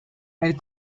elle